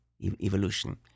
evolution